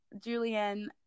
julian